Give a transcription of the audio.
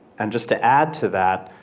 and just to add to that,